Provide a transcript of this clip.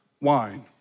wine